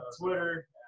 Twitter